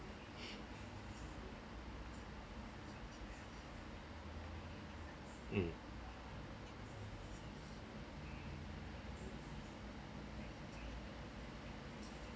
mm